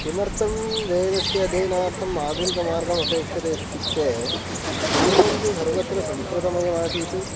किमर्थं वेदस्य अध्ययनार्थम् आधुनिकमार्गम् अपेक्षते इत्युक्ते पूर्वं तु सर्वत्र संस्कृतमेव आसीत्